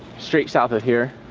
straight south of here.